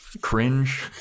Cringe